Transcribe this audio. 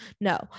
No